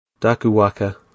Dakuwaka